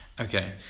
Okay